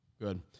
Good